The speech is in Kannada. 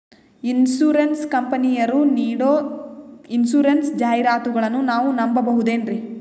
ಇನ್ಸೂರೆನ್ಸ್ ಕಂಪನಿಯರು ನೀಡೋ ಇನ್ಸೂರೆನ್ಸ್ ಜಾಹಿರಾತುಗಳನ್ನು ನಾವು ನಂಬಹುದೇನ್ರಿ?